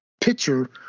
picture